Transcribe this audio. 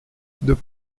deux